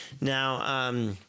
Now